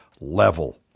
level